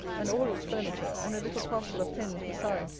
and all its furniture, and a little parcel of pens beside,